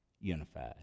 Unified